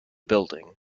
building